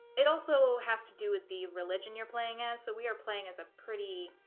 it also has to do with the religion you're playing as so we are playing as a pretty